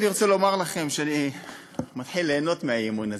אני רוצה לומר לכם שאני מתחיל ליהנות מהאי-אמון הזה.